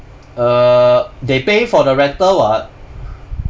err they pay for the rental [what]